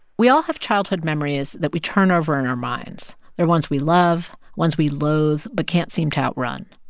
we all have childhood memories that we turn over in our minds. there are ones we love, ones we loathe but can't seem to outrun.